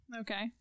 Okay